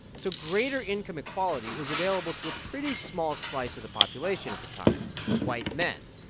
so greater income equality was available to a pretty small slice of the population at the time white men.